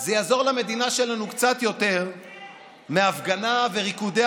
זה יעזור למדינה שלנו קצת יותר מהפגנה וריקודי